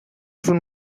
son